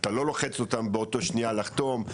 אתה לא לוחץ אותם באותה שנייה לחתום,